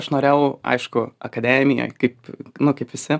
aš norėjau aišku akademijoj kaip nu kaip visi